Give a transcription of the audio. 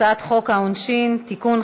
הצעת חוק העונשין (תיקון,